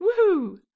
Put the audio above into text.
Woohoo